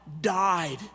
died